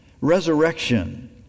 Resurrection